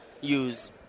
use